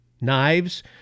knives